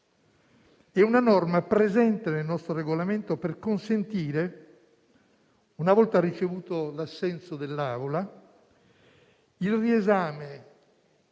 È una norma presente nel nostro Regolamento per consentire, una volta ricevuto l'assenso dell'Aula, il riesame,